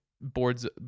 boards